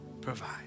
provide